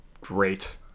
great